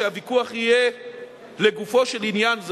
שהוויכוח יהיה לגופו של עניין,